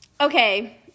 okay